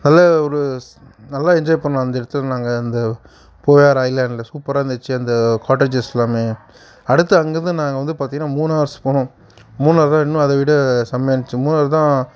நல்ல ஒரு ஸ் நல்ல என்ஜாய் பண்ணிணோம் அந்த இடத்துல நாங்கள் அந்த பூவாறு ஐலேண்டில் சூப்பராக இருந்துச்சு அந்த காட்டேஜ்ஸ் எல்லாமே அடுத்து அங்கிருந்து நாங்கள் வந்து பார்த்தீங்னா மூணார்ஸ் போனோம் மூணார் தான் இன்னும் அதை விட செம்மையாக இருந்துச்சு மூணாறு தான்